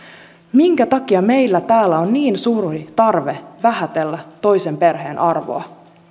minkä takia meillä täällä on niin suuri tarve vähätellä toisen perheen arvoa